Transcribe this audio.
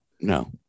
No